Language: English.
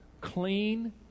clean